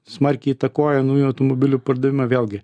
smarkiai įtakoja naujų automobilių pardavimą vėlgi